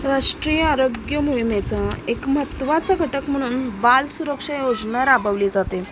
राष्ट्रीय आरोग्य मोहिमेचा एक महत्त्वाचा घटक म्हणून बाल सुरक्षा योजना राबवली जाते